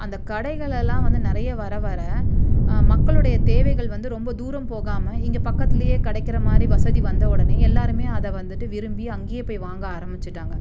அந்த கடைகளெல்லாம் வந்து நிறைய வர வர மக்களுடைய தேவைகள் வந்து ரொம்ப தூரம் போகாமல் இங்கே பக்கத்துலேயே கிடைக்கிற மாதிரி வசதி வந்த உடனே எல்லோருமே அதை வந்துவிட்டு விரும்பி அங்கேயே போய் வாங்க ஆரம்பிச்சிட்டாங்க